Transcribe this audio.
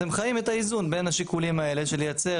אז הם חיים את האיזון בין השיקולים האלה של לייצר